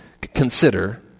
consider